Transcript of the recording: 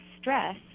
stress